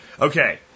Okay